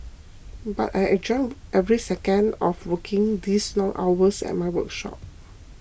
but I enjoy every second of working these long hours at my workshop